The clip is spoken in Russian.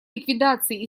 ликвидации